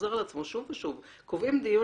שחוזר על עצמו שוב ושוב: קובעים דיון